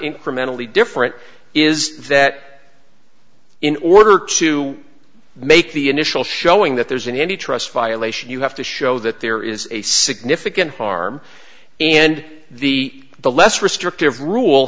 incrementally different is that in order to make the initial showing that there isn't any trust violation you have to show that there is a significant harm and the the less restrictive rule